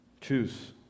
Choose